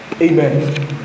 Amen